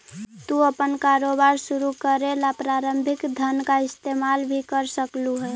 तू अपन कारोबार शुरू करे ला प्रारंभिक धन का इस्तेमाल भी कर सकलू हे